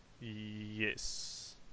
Yes